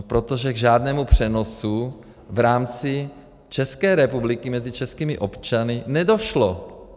Protože k žádnému přenosu v rámci České republiky mezi českými občany nedošlo.